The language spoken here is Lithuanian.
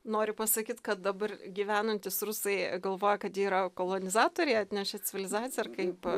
nori pasakyt kad dabar gyvenantys rusai galvoja kad yra kolonizatoriai atnešė civilizaciją ar kaip